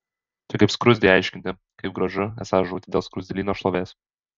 čia kaip skruzdei aiškinti kaip gražu esą žūti dėl skruzdėlyno šlovės